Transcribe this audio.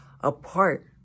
apart